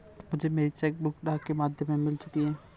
मुझे मेरी cheque book डाक के माध्यम से मिल चुकी है